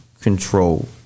control